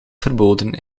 verboden